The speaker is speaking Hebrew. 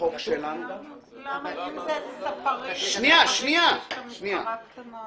אם זה ספרים --- מספרה קטנה.